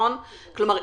כלומר,